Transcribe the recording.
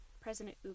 President